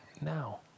now